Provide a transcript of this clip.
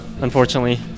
Unfortunately